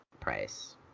price